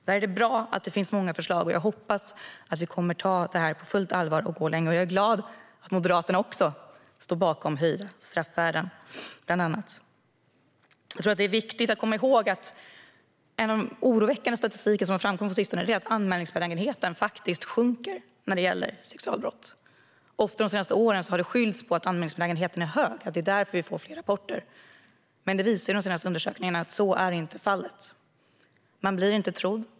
Det är bra att det finns många förslag. Jag hoppas att vi kommer att ta det här på fullt allvar och gå längre. Jag är glad att Moderaterna också står bakom förslaget om höjda straffvärden, bland annat. Det är viktigt att komma ihåg att - även om det har kommit fram oroväckande statistik på sistone - anmälningsbenägenheten faktiskt sjunker när det gäller sexualbrott. De senaste åren har man ofta skyllt på att anmälningsbenägenheten är hög och att det därför blivit fler rapporter. Men de senaste undersökningarna visar att så inte är fallet. Man blir inte trodd.